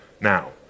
now